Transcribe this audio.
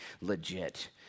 legit